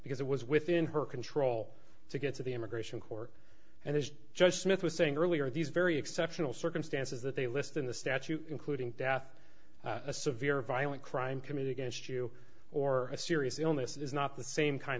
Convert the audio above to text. because it was within her control to get to the immigration court and it's just a myth was saying earlier these very exceptional circumstances that they list in the statute including death a severe violent crime committed against you or a serious illness is not the same kind